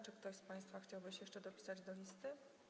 Czy ktoś z państwa chciałby się jeszcze dopisać do listy?